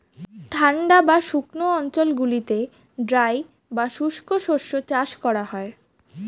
ঠান্ডা বা শুকনো অঞ্চলগুলিতে ড্রাই বা শুষ্ক শস্য চাষ করা হয়